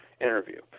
interview